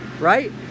right